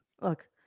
Look